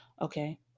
okay